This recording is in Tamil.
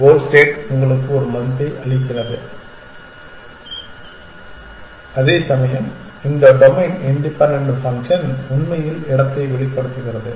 கோல் ஸ்டேட் உங்களுக்கு ஒரு மதிப்பை அளிக்கிறது அதேசமயம் இந்த டொமைன் இண்டிபென்டன்ட் ஃபங்க்ஷன் உண்மையில் இடத்தை வெளிப்படுத்துகிறது